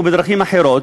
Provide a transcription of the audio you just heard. ובדרכים אחרות,